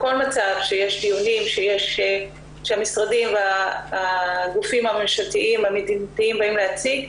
בכל מצב שיש דיונים שהמשרדים והגופים הממשלתיים המדינתיים באים להציג,